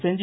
செஞ்சி